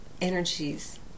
energies